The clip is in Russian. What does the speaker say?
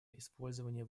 использования